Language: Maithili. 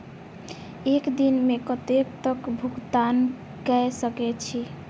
एक दिन में कतेक तक भुगतान कै सके छी